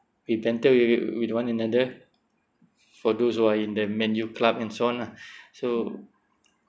we bantered with with one another for those who are in the man U club and so on lah so